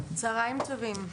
צוהריים טובים,